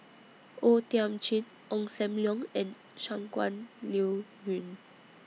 O Thiam Chin Ong SAM Leong and Shangguan Liuyun